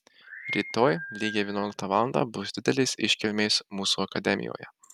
rytoj lygiai vienuoliktą valandą bus didelės iškilmės mūsų akademijoje